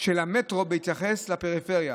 של המטרו בהתייחס לפריפריה,